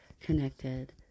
connected